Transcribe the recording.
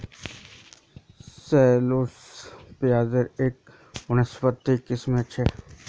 shallots प्याज़ेर एक वानस्पतिक किस्म छ